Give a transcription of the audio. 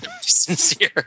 sincere